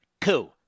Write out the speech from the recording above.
coup